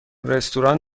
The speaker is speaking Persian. رستوران